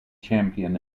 champion